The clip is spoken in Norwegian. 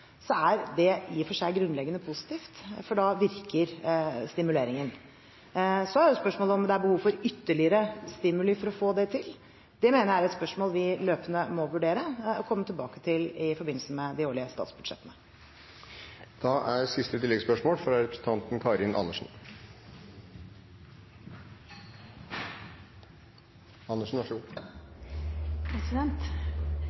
er det i og for seg grunnleggende positivt, for da virker stimuleringen. Så er spørsmålet om det er behov for ytterligere stimuli for å få det til. Det mener jeg er et spørsmål vi løpende må vurdere og komme tilbake til i forbindelse med de årlige statsbudsjettene. Karin Andersen – til dagens siste